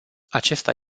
acesta